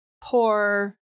poor